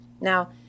Now